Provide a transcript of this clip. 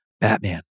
Batman